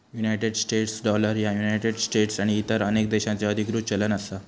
United States dollar ह्या United States आणि इतर अनेक देशांचो अधिकृत चलन असा